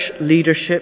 leadership